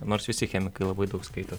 nors visi chemikai labai daug skaito